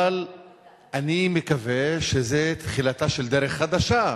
אבל אני מקווה שזה תחילתה של דרך חדשה,